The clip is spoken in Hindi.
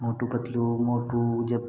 मोटू पतलू मोटू जब